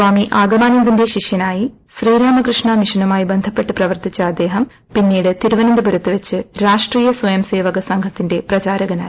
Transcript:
സ്വാമി ആഗമാനന്ദന്റെ ശിഷ്യനായി ശ്രീരാമകൃഷ്ണ മിഷനുമായി ബന്ധപ്പെട്ട് പ്രവർത്തിച്ച അദ്ദേഹം പിന്നീട് തിരുവനന്തപുരത്ത് വെച്ച് രാഷ്ട്രീയ സ്വയംസേവക സംഘത്തിന്റെ പ്രചാരകനായി